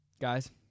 Guys